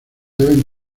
deben